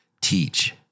teach